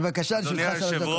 בבקשה, לרשותך שלוש דקות.